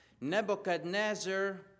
Nebuchadnezzar